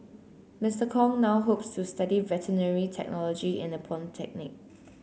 Mister Kong now hopes to study veterinary technology in a polytechnic